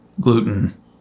gluten